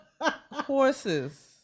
horses